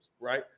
right